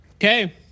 Okay